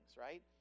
right